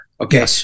Okay